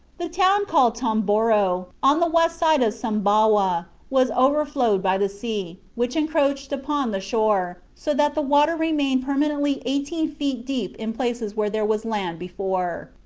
the town called tomboro, on the west side of sumbawa, was overflowed by the sea, which encroached upon the shore, so that the water remained permanently eighteen feet deep in places where there was land before.